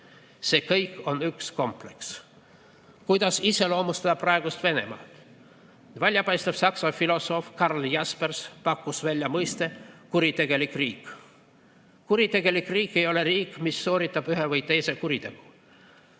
See kõik on üks kompleks. Kuidas iseloomustada praegust Venemaad? Väljapaistev saksa filosoof Karl Jaspers pakkus välja mõiste "kuritegelik riik". Kuritegelik riik ei ole riik, mis sooritab ühe või teise kuriteo,